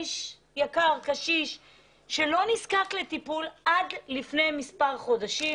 איש יקר שלא נזקק לטיפול עד לפני מספר חודשים